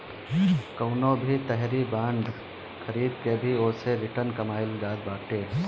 कवनो भी तरही बांड खरीद के भी ओसे रिटर्न कमाईल जात बाटे